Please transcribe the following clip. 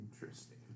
Interesting